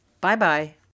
Bye-bye